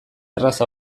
erraz